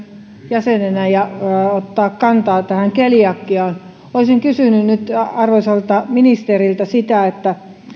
jäsenenä ottaa keliakiaan kantaa olisin kysynyt nyt arvoisalta ministeriltä siitä kun